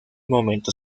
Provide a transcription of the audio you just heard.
momento